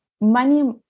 money